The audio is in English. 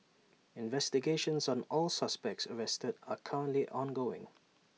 investigations on all suspects arrested are currently ongoing